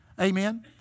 Amen